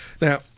Now